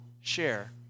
share